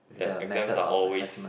that exams are always